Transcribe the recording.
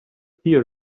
tea